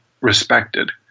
respected